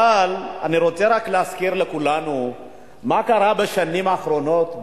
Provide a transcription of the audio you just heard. אבל אני רוצה רק להזכיר לכולנו מה קרה בשנים האחרונות,